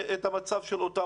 גם מערכת הבריאות בהיקפים דומים.